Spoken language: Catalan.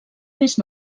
més